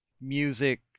music